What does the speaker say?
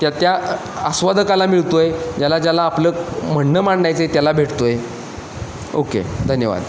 त्या त्या आस्वादकाला मिळतोय ज्याला ज्याला आपलं म्हणणं मांडायचं आहे त्याला भेटतो आहे ओके धन्यवाद